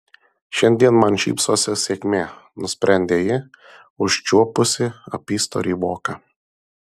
šiandien man šypsosi sėkmė nusprendė ji užčiuopusi apystorį voką